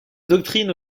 doctrine